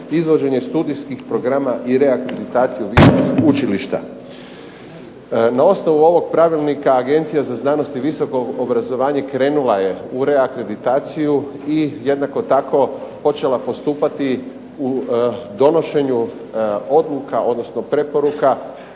izvođenje studijskih programa i … visokih učilišta“. Na osnovu ovog Pravilnika Agencija za znanost i visoko obrazovanje krenula je u reakreditaciju i jednako tako počela postupati u donošenju odluka odnosno preporuka